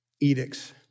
edicts